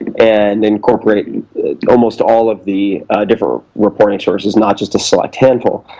and incorporate almost all of the different reporting services, not just a select handful.